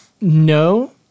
No